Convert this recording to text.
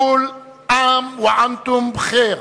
כול עאם ואנתום בח'יר.